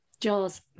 Jaws